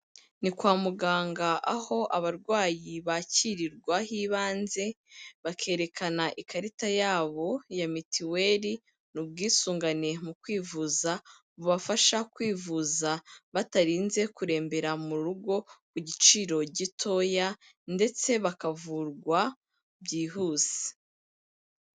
Ni kwa muganga aho abarwayi bakirirwa h'ibanze, bakerekana ikarita yabo ya mitiweri, ni ubwisungane mu kwivuza bubafasha kwivuza batarinze kurembera mu rugo ku giciro gitoya ndetse bakavurwa byihuse.